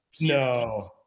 No